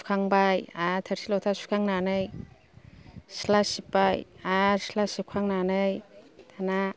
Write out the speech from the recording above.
सुखांबाय आरो थोरसि लथा सुखांनानै सिथ्ला सिब्बाय आरो सिथ्ला सिबखांनानै दाना